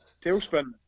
Tailspin